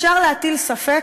אפשר להטיל ספק,